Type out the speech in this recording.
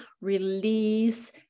release